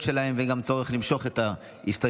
שלהם ואין גם צורך למשוך את ההסתייגויות.